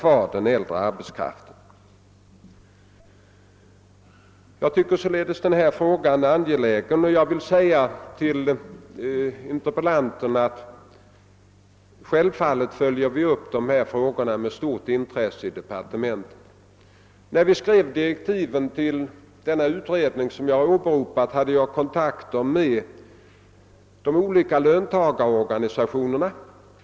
Frågan om den äldre arbetskraftens situation har således hög angelägenhetsgrad, och vi följer självfallet upp den med stort intresse i departementet. När direktiven till den tidigare omnämnda utredningen skrevs tog vi kontakt med olika löntagarorganisationer.